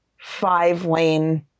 five-lane